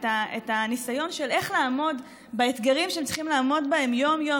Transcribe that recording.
את הניסיון של איך לעמוד באתגרים שהם צריכים לעמוד בהם יום-יום.